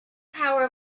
power